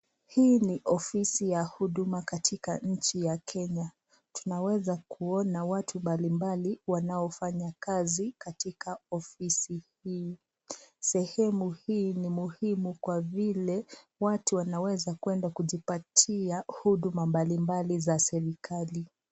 Hii ni ofisi ya huduma katika nchi ya Kenya. Tunaweza kuona watu mbalimbali wanaofanya kazi katika ofisi hii. Sehemu hii ni muhimu kwa vile watu wanaweza kuenda kujipatia huduma mbali mbali za serikali.